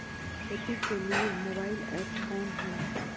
खेती के लिए मोबाइल ऐप कौन है?